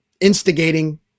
instigating